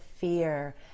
fear